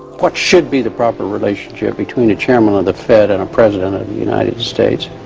what should be the proper relationship between the chairman of the fed and a president of the united states?